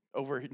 over